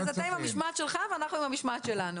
אז אתה עם המשמעת שלך ואנחנו עם המשמעת שלנו.